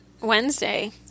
Wednesday